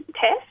test